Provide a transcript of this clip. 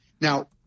now